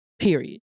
period